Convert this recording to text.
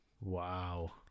wow